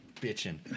bitching